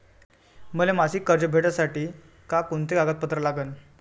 मले मासिक कर्ज भेटासाठी का कुंते कागदपत्र लागन?